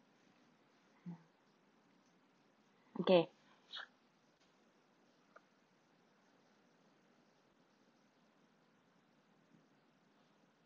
ya okay